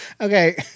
Okay